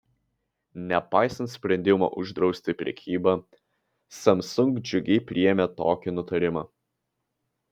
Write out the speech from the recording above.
nepaisant sprendimo uždrausti prekybą samsung džiugiai priėmė tokį nutarimą